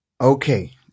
Okay